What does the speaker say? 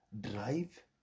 drive